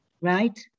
right